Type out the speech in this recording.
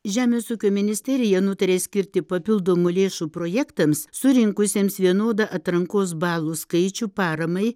žemės ūkio ministerija nutarė skirti papildomų lėšų projektams surinkusiems vienodą atrankos balų skaičių paramai